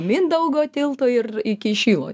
mindaugo tilto ir iki šilo